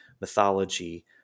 mythology